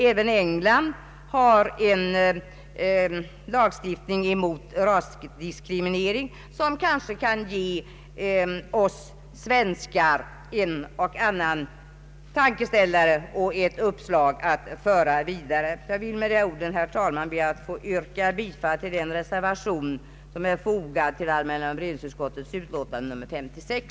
Även England har en lagstiftning mot rasdiskriminering som kanske kan ge oss svenskar en och annan tankeställare och ett uppslag att föra vidare. Jag ber med dessa ord, herr talman, att få yrka bifall till den reservation som är fogad till allmänna beredningsutskottets utlåtande nr 56.